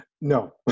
no